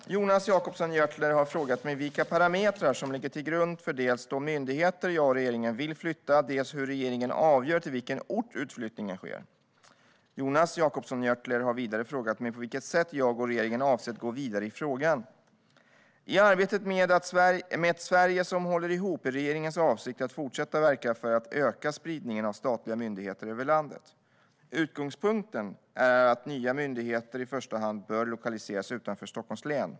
Herr talman! Jonas Jacobsson Gjörtler har frågat mig vilka parametrar som ligger till grund för dels de myndigheter som jag och regeringen vill flytta, dels hur regeringen avgör till vilken ort utflyttningen sker. Jonas Jacobsson Gjörtler har vidare frågat mig på vilket sätt jag och regeringen avser att gå vidare i frågan. I arbetet med ett Sverige som håller ihop är regeringens avsikt att fortsätta verka för att öka spridningen av statliga myndigheter över landet. Utgångspunkten är att nya myndigheter i första hand bör lokaliseras utanför Stockholms län.